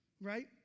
right